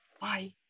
Bye